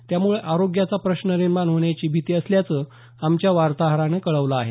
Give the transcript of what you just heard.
त्यामुळे आरोग्याचा प्रश्न निर्माण होण्याची भीती असल्याचं आमच्या वार्ताहरानं कळवलं आहे